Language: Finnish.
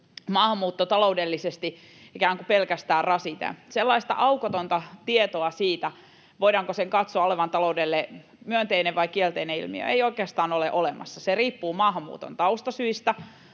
maahanmuutto taloudellisesti ikään kuin pelkästään rasite. Aukotonta tietoa siitä, voidaanko sen katsoa olevan taloudelle myönteinen vai kielteinen ilmiö, ei oikeastaan ole olemassa. Se riippuu maahanmuuton taustasyistä,